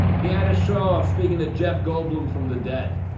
he had a show of speaking to jeff goldblum from the dead,